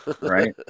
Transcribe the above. Right